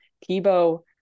Kibo